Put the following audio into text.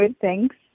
thanks